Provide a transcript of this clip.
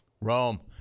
Rome